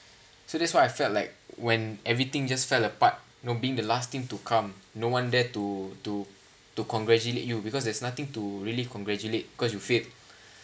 so that's why I felt like when everything just fell apart know being the last team to come no one there to to to congratulate you because there's nothing to really congratulate because you failed